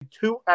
two